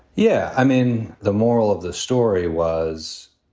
yeah. i mean, the moral of the story was,